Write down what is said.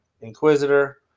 Inquisitor